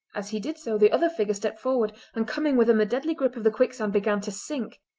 as he did so the other figure stepped forward and coming within the deadly grip of the quicksand began to sink.